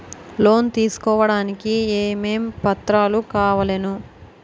Loan తీసుకోడానికి ఏమేం పత్రాలు కావలెను?